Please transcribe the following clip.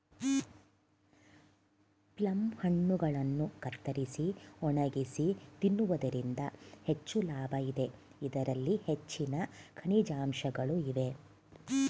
plum ಹಣ್ಣುಗಳನ್ನು ಕತ್ತರಿಸಿ ಒಣಗಿಸಿ ತಿನ್ನುವುದರಿಂದ ಹೆಚ್ಚು ಲಾಭ ಇದೆ, ಇದರಲ್ಲಿ ಹೆಚ್ಚಿನ ಖನಿಜಾಂಶಗಳು ಇವೆ